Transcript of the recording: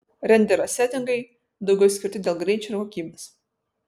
renderio setingai daugiau skirti dėl greičio ir kokybės